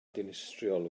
dinistriol